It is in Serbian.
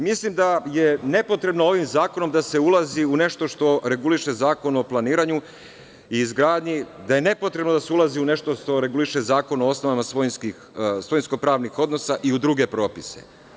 Mislim da je nepotrebno ovim zakonom da se ulazi u nešto što reguliše Zakon o planiranju i izgradnji, da je nepotrebno da se ulazi u nešto što reguliše Zakon o osnovama svojinsko-pravnih odnosa i u druge propise.